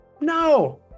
No